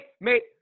mate